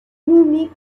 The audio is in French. nommé